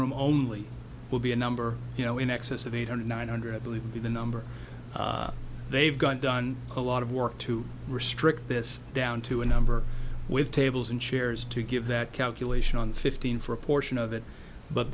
room only will be a number you know in excess of eight hundred nine hundred believed to be the number they've got done a lot of work to restrict this down to a number with tables and chairs to give that calculation on fifteen for a portion of it but